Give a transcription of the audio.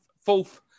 fourth